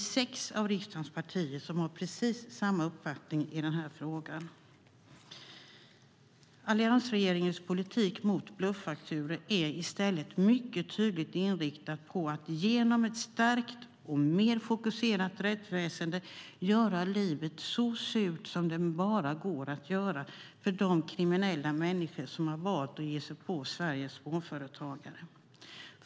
Sex av riksdagens partier har precis samma uppfattning i frågan. Alliansregeringens politik mot bluffakturor är i stället mycket tydligt inriktad på att genom ett stärkt och mer fokuserat rättsväsen göra livet så surt som det bara går att göra för de kriminella människor som valt att ge sig på Sveriges småföretagare.